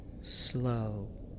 slow